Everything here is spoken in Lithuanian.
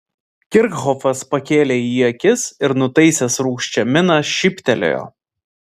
kirchhofas pakėlė į jį akis ir nutaisęs rūgščią miną šyptelėjo